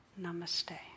Namaste